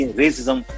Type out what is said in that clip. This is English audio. racism